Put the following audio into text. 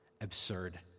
Absurd